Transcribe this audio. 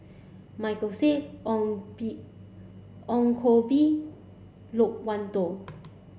Michael Seet Ong Bee Ong Koh Bee Loke Wan Tho